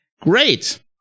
Great